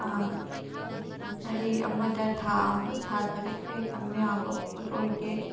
ꯆꯍꯤ ꯑꯃꯗ ꯊꯥ ꯑꯃ ꯊꯥ ꯇꯔꯨꯛꯇ ꯍꯦꯛ ꯇꯝꯕ ꯌꯥꯕ ꯄꯣꯠ ꯑꯣꯏꯗꯦ